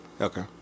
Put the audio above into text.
Okay